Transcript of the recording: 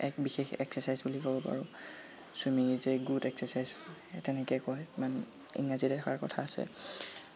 এক বিশেষ এক্সাৰচাইজ বুলি ক'ব পাৰোঁ swimming is a good exercise তেনেকৈ কয় ইমান ইংৰাজীত এষাৰ কথা আছে